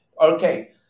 Okay